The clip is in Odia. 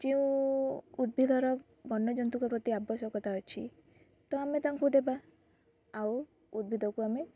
ଯେଉଁ ଉଦ୍ଭିଦର ବନ୍ୟଜନ୍ତୁଙ୍କ ପ୍ରତି ଆବଶ୍ୟକତା ଅଛି ତ ଆମେ ତାଙ୍କୁ ଦେବା ଆଉ ଉଦ୍ଭିଦକୁ ଆମେ